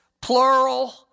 plural